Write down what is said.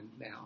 now